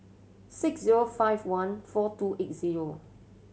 six zero five one four two eight zero